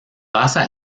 basa